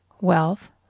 wealth